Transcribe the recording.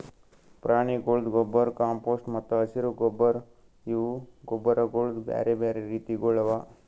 ಪ್ರಾಣಿಗೊಳ್ದು ಗೊಬ್ಬರ್, ಕಾಂಪೋಸ್ಟ್ ಮತ್ತ ಹಸಿರು ಗೊಬ್ಬರ್ ಇವು ಗೊಬ್ಬರಗೊಳ್ದು ಬ್ಯಾರೆ ಬ್ಯಾರೆ ರೀತಿಗೊಳ್ ಅವಾ